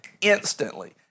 instantly